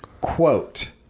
Quote